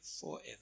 forever